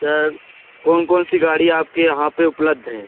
sir कौन कौनसी गाड़ी आपके यहाँ पर उपलब्ध है